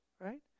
right